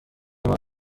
مان